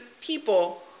people